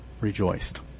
rejoiced